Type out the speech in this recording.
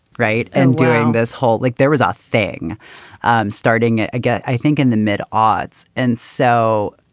right. and during this whole like there was a thing starting again. i think in the mid odds. and so,